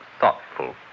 thoughtful